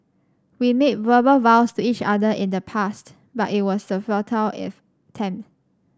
we made verbal vows to each other in the past but it was a futile attempt